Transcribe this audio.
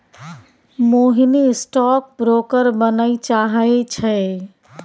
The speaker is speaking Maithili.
मोहिनी स्टॉक ब्रोकर बनय चाहै छै